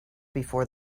before